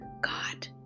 God